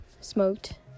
smoked